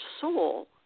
soul